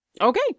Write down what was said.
Okay